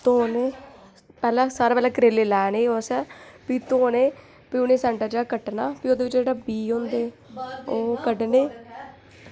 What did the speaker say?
धोने पैह्लें सारें कोला करेले लाने असें भी धोने भी उ'नेंगी सैंटर चा कट्टना भी ओह्दे जेह्के बीऽ होंदे ओह् कड्ढने